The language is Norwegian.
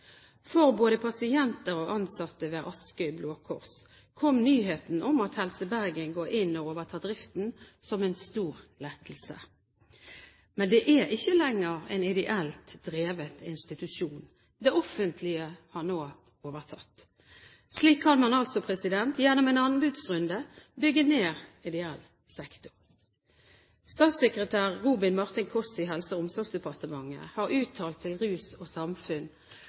For både pasienter og ansatte ved Askøy Blå Kors kom nyheten om at Helse Bergen går inn og overtar driften som en stor lettelse. Men det er ikke lenger en ideelt drevet institusjon; det offentlige har nå overtatt. Slik kan man altså gjennom en anbudsrunde bygge ned ideell sektor. Statssekretær Robin Martin Kåss i Helse- og omsorgsdepartementet har uttalt til Rus & Samfunn at regjeringen først og